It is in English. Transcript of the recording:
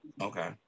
Okay